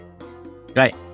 Right